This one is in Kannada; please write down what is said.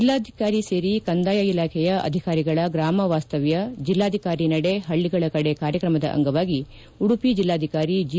ಜಿಲ್ಲಾಧಿಕಾರಿ ಸೇರಿ ಕಂದಾಯ ಇಲಾಖೆಯ ಇನ್ನಿತರ ಅಧಿಕಾರಿಗಳ ಗ್ರಾಮ ವಾಸ್ತವ್ಯ ಜಿಲ್ಲಾಧಿಕಾರಿ ನಡೆ ಹಳ್ಳಿಗಳ ಕಡೆ ಕಾರ್ಯಕ್ರಮದ ಅಂಗವಾಗಿ ಉಡುಪಿ ಜಿಲ್ಲಾಧಿಕಾರಿ ಜಿ